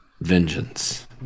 vengeance